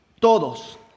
Todos